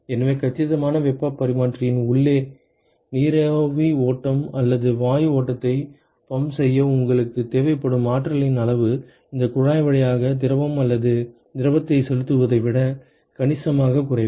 எனவே கச்சிதமான வெப்பப் பரிமாற்றியின் உள்ளே நீராவி ஓட்டம் அல்லது வாயு ஓட்டத்தை பம்ப் செய்ய உங்களுக்குத் தேவைப்படும் ஆற்றலின் அளவு இந்த குழாய் வழியாக திரவம் அல்லது திரவத்தை செலுத்துவதை விட கணிசமாகக் குறைவு